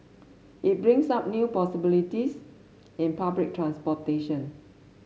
it brings up new possibilities in public transportation